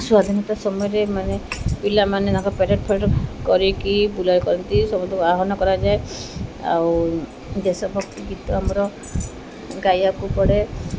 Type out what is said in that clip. ସ୍ଵାଧୀନତା ସମୟରେ ମାନେ ପିଲାମାନେ ତାଙ୍କ ପେରେଡ୍ ଫେରେଡ୍ କରିକି ବୁଲାଇ କରନ୍ତି ସମସ୍ତଙ୍କୁ ଆହ୍ୱାନ କରାଯାଏ ଆଉ ଦେଶ ଭକ୍ତି ଗୀତ ଆମର ଗାଇବାକୁ ପଡ଼େ